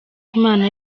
imana